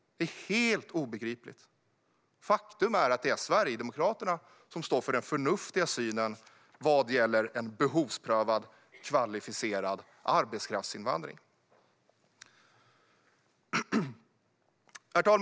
Det är helt obegripligt. Faktum är att det är Sverigedemokraterna som står för den förnuftiga synen vad gäller en behovsprövad kvalificerad arbetskraftsinvandring. Herr talman!